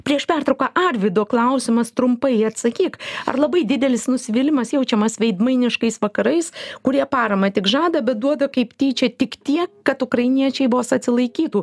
prieš pertrauką arvydo klausimas trumpai atsakyk ar labai didelis nusivylimas jaučiamas veidmainiškais vakarais kurie paramą tik žada bet duodu kaip tyčia tik tiek kad ukrainiečiai vos atsilaikytų